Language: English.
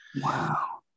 Wow